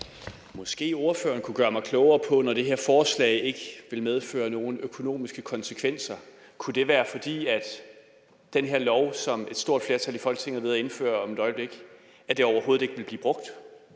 Måske ordføreren kunne gøre mig klogere på, om det, når det her forslag ikke vil medføre nogen økonomiske konsekvenser, kunne være, fordi den her lov, som et stort flertal i Folketinget er ved at indføre om et øjeblik, overhovedet ikke vil blive brugt,